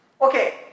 Okay